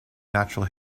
natural